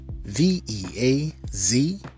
V-E-A-Z